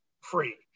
free